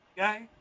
Okay